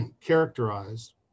characterized